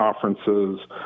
conferences